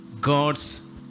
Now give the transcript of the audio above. God's